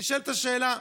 נשאלת השאלה: